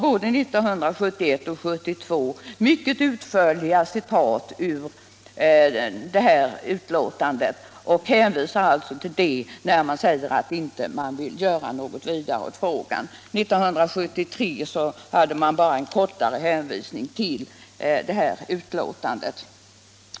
Både 1971 och 1972 görs mycket utförliga citat ur detta uttalande, och utskottet hänvisar till detta när man säger att man inte vill göra någonting ytterligare i frågan. 1973 hade man bara en kortare hänvisning till detta utlåtande.